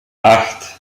acht